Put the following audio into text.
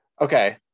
Okay